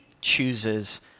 chooses